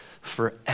forever